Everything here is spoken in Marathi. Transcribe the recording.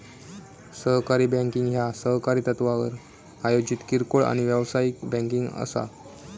सहकारी बँकिंग ह्या सहकारी तत्त्वावर आयोजित किरकोळ आणि व्यावसायिक बँकिंग असा